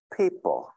people